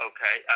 Okay